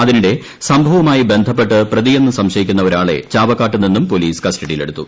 അതിനിടെ സംഭവവുമായി ബന്ധപ്പെട്ട് പ്രതിയെന്ന് സംശയിക്കുന്ന ഒരാളെ ചാവക്കാട്ട് നിന്നും പോലീസ് കസ്റ്റഡിയിൽ എടുത്തു